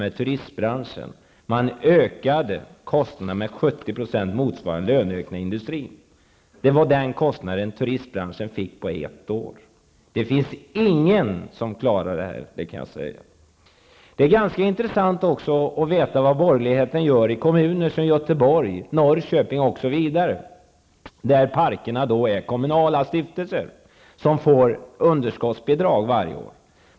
I turistbranschen ökade nämligen kostnaderna med 70 % på ett år. Det finns ingen som klarar det. Det är också ganska intressant att veta vad borgerligheten gör i kommuner som Göteborg, Norrköping m.fl., där parkerna är kommunala stiftelser som får underskottsbidrag varje år.